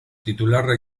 titularra